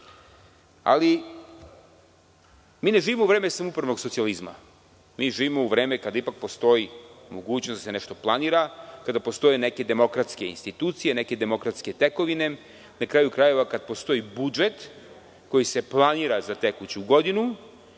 nove. Mi ne živimo u vreme samoupravnog socijalizma. Živimo u vreme kada opet postoji mogućnost da se nešto planira, kada postoje neke demokratske institucije, demokratske tekovine, na kraju krajeva, kada postoji budžet koji se planira za tekuću godinu